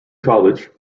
college